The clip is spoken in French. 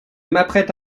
m’apprête